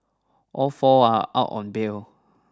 all four are out on bail